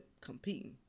competing